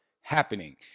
happening